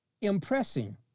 impressing